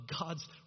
God's